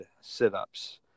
sit-ups